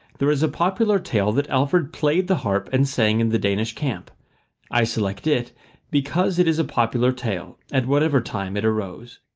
there is a popular tale that alfred played the harp and sang in the danish camp i select it because it is a popular tale, at whatever time it arose.